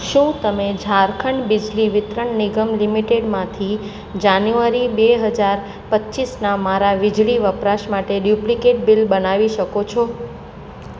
શું તમે ઝારખંડ બિજલી વિતરણ નિગમ લિમિટેડમાંથી જાન્યુઆરી બે હજાર પચ્ચીસના મારા વીજળી વપરાશ માટે ડુપ્લિકેટ બિલ બનાવી શકો છો